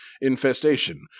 Infestation